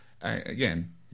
again